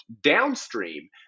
downstream